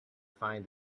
find